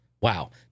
Wow